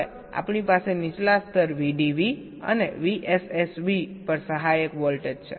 હવે આપણી પાસે નીચલા સ્તર VDV અને VSSV પર સહાયક વોલ્ટેજ છે